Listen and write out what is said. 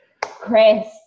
Chris